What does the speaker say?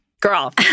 Girl